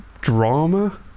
drama